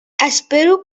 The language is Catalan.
espero